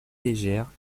légère